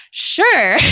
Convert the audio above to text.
sure